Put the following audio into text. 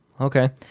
Okay